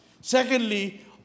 Secondly